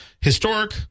historic